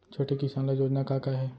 छोटे किसान ल योजना का का हे?